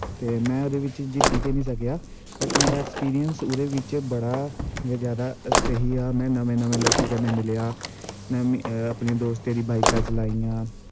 ते में ओह्दे बिच्च जित्ती ते नी सकेआ बट मेरा ऐक्सपिरियंस ओह्दे बिच्च बड़ा जादा स्हेई हा में नमें नमें लोकें कन्नै मिलेआ अपनें दोस्तें दी बॉईकां चलाइयां